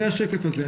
זה השקף הזה.